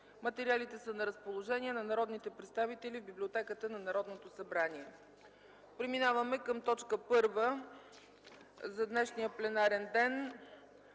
Материалите са на разположение на народните представители в Библиотеката на Народното събрание. Преминаваме към точка първа за днешния пленарен ден: